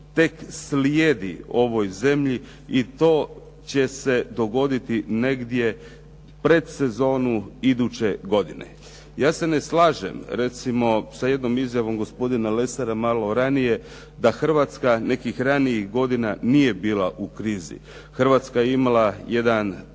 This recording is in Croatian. tek slijedi ovoj zemlji i to će se dogoditi negdje pred sezonu iduće godine. Ja se ne slažem recimo sa jednom izjavom gospodina Lesara malo ranije da Hrvatska nekih ranijih godina nije bila u krizi. Hrvatska je imala jedan